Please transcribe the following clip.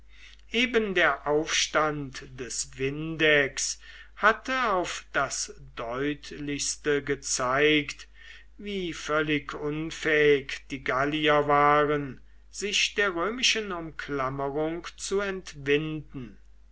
eben der aufstand des vindex hatte auf das deutlichste gezeigt wie völlig unfähig die gallier waren sich der römischen umklammerung zu entwinden